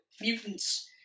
mutants